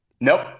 Nope